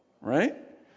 right